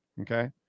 Okay